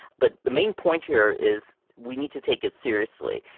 but the main point here is we need to take it seriously.